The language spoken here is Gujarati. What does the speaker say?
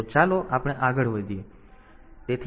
તેથી ચાલો આપણે આગળ વધીએ